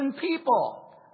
people